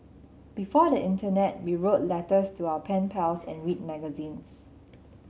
before the internet we wrote letters to our pen pals and read magazines